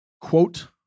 Quote